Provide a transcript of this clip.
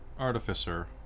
Artificer